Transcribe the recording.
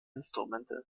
instrumente